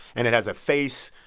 and it has a face,